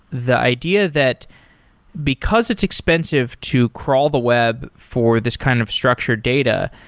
the idea that because it's expensive to crawl the web for this kind of structured data,